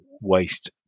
waste